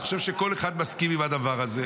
אני חושב שכל אחד מסכים עם הדבר הזה.